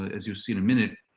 as you'll see in a minute,